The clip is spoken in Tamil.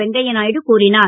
வெங்கைய நாயுடு கூறினார்